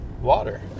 Water